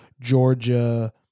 Georgia